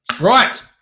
right